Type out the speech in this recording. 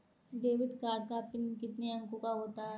Debit card का PIN कितने अंकों का होता है?